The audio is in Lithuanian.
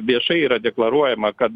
viešai yra deklaruojama kad